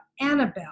Annabelle